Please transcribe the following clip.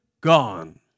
gone